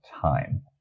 time